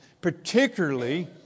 particularly